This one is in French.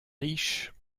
riches